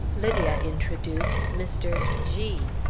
lydia introduced mr. g.